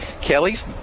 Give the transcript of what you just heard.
Kelly's